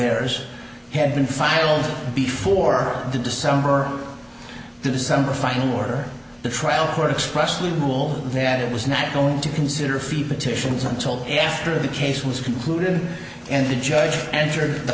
theirs had been filed before the december december final order the trial court expressly rule that it was not going to consider a fee petitions until after the case was concluded and the judge entered the